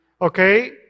okay